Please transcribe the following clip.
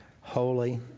holy